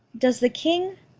does the king?